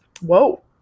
Whoa